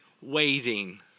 waiting